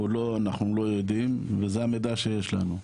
או לא, אנחנו לא יודעים וזה המידע שיש לנו.